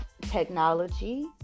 technology